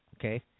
okay